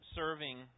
serving